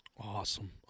Awesome